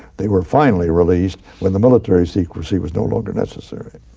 they were finally released when the military secrecy was no longer necessary.